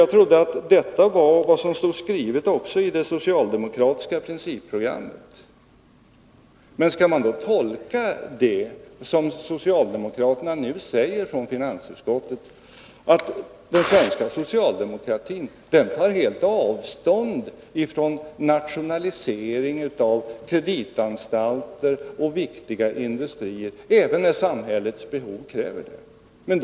Jag trodde att detta var vad som stod skrivet också i det socialdemokratiska principprogrammet. Skall man tolka det som socialdemokraterna i finansutskottet nu säger som att den svenska socialdemokratin helt tar avstånd från nationalisering av kreditanstalter och viktiga industrier, även när samhällets behov kräver det?